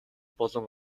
болон